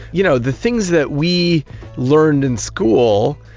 you know, the things that we learned in school,